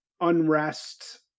unrest